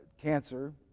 cancer